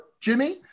Jimmy